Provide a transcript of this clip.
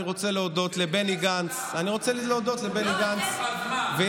אני רוצה להודות לבני גנץ, זה דברי הסתה.